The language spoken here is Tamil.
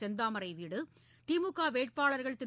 செந்தாமரை வீடு திமுக வேட்பாளர்கள் திரு